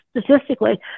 statistically